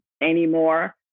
anymore